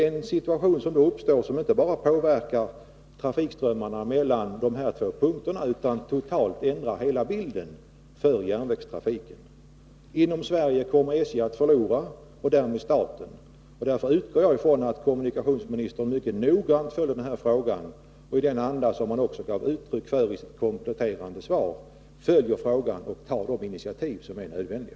Den situation som då uppstår skulle inte bara påverka trafikströmmarna mellan dessa två punkter utan totalt ändra hela bilden för järnvägstrafiken. Inom Sverige skulle SJ, och därmed staten, förlora. Därför utgår jag från att kommunikationsministern mycket noga —-i den anda som han gav uttryck för i sitt kompletterande svar — följer denna fråga och tar de initiativ som är nödvändiga.